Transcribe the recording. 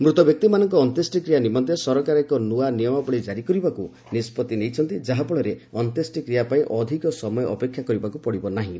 ମୃତବ୍ୟକ୍ତିମାନଙ୍କ ଅନ୍ତ୍ୟେଷ୍ଟ୍ରିକ୍ରିୟା ନିମନ୍ତେ ସରକାର ଏକ ନୂଆ ନିୟମାବଳୀ ଜାରି କରିବାକୁ ନିଷ୍ପଭି ନେଇଛନ୍ତି ଯାହାଫଳରେ ଅନ୍ତ୍ୟେଷ୍ଟ୍ରିକ୍ରିୟା ପାଇଁ ଅଧିକ ସମୟ ଅପେକ୍ଷା କରିବାକୁ ପଡିବ ନାହିଁ